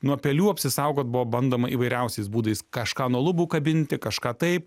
nuo pelių apsisaugot buvo bandoma įvairiausiais būdais kažką nuo lubų kabinti kažką taip